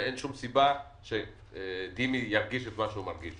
אין שום סיבה שדימה ירגיש את מה שהוא מרגיש,